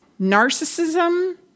narcissism